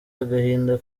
agahinda